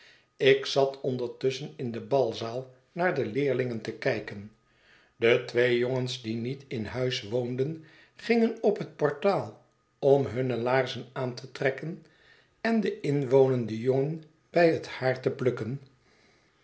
ik zat ondertusschen in de balzaal naar de leerlingen te kijken de twee jongens die niet in huis woonden gingen op het portaal om hunne laarzen aan te trekken én den inwonenden jongen bij het haar te plukken